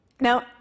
Now